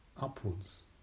upwards